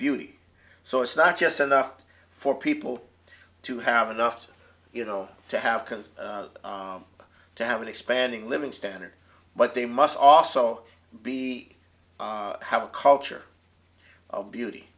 beauty so it's not just enough for people to have enough you know to have cars to have an expanding living standard but they must also be have a culture of beauty